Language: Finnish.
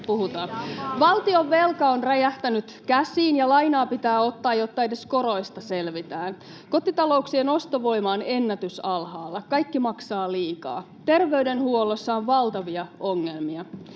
Valtionvelka on räjähtänyt käsiin, ja lainaa pitää ottaa, jotta edes koroista selvitään. Kotitalouksien ostovoima on ennätysalhaalla: kaikki maksaa liikaa. Terveydenhuollossa on valtavia ongelmia.